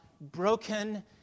broken